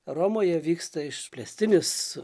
romoje vyksta išplėstinis